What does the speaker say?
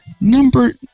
Number